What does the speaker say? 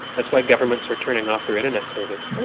that's why governments are turning off their internet service.